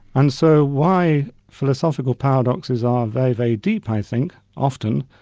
and so why philosophical paradoxes are very, very deep i think, often,